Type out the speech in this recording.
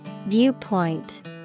Viewpoint